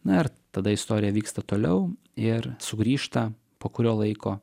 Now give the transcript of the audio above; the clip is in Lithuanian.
na ir tada istorija vyksta toliau ir sugrįžta po kurio laiko